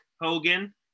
Hogan